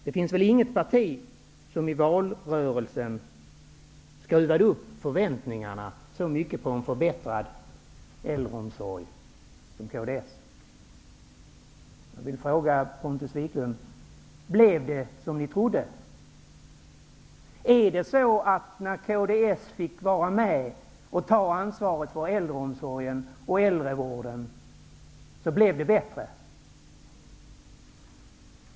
Det finns väl inget parti som i valrörelsen så mycket skruvade upp förväntningarna på en förbättring av äldreomsorgen som kds gjorde. Jag vill fråga Pontus Wiklund: Blev det som ni trodde? Blev det bättre när kds fick vara med och ta ansvaret för äldreomsorgen och äldrevården?